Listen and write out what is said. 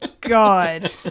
God